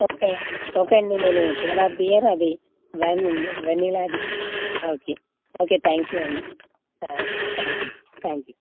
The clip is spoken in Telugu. ఓకే అండి ఓకే అండి నేను పోలార్ బీర్ అది వెనిలా అది ఓకే ఓకే థ్యాంక్ యూ అండి థ్యాంక్ యూ థ్యాంక్ యూ